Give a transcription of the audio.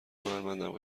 هنرمندم